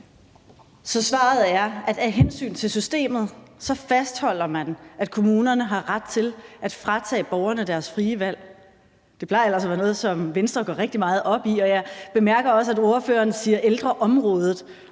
Så svaret er, at af hensyn til systemet fastholder man, at kommunerne har ret til at fratage borgerne deres frie valg. Det plejer ellers at være noget, som Venstre går rigtig meget op i, og jeg bemærker også, at ordføreren siger »ældreområdet«